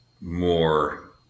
more